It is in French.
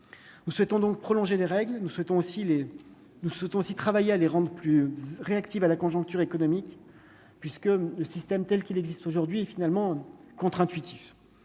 vous souhaitons donc prolonger les règles, nous souhaitons aussi les nous souhaitons si travailler à les rendent plus réactif à la conjoncture économique, puisque le système telle qu'il existe aujourd'hui et finalement contre-intuitif